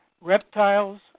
reptiles